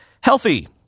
healthy